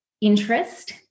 interest